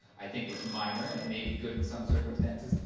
i think it's minor and it may be good in some circumstances,